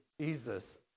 Jesus